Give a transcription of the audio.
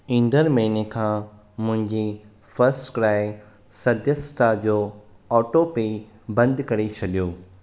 ईंदड़ु महिने खां मुंहिंजी फ़र्स्टक्राई सदस्यता जो ऑटो पे बंदु करे छॾियो